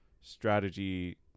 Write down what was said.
strategy